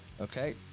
Okay